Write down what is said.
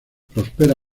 prospera